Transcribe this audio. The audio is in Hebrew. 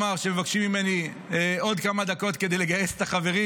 שמבקשים ממני עוד כמה דקות כדי לגייס את החברים,